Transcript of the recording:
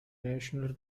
national